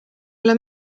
ole